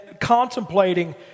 contemplating